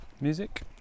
music